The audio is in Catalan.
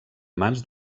mans